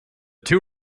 two